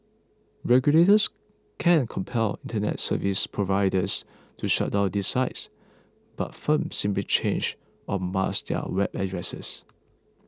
regulators can compel Internet service providers to shut down these sites but firms simply change or mask their web addresses